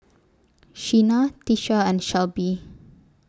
Sheena Tisha and Shelbie